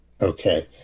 Okay